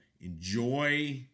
enjoy